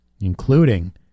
including